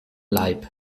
leib